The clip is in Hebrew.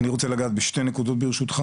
אני רוצה לגעת בשתי נקודות ברשותך